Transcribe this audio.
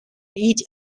each